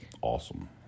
Awesome